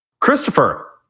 christopher